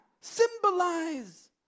symbolize